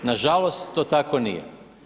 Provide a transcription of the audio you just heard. Nažalost to tako nije.